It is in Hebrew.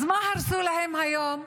אז מה הרסו להם היום?